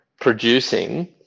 producing